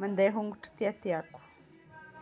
Mandeha hongotra ty tiako.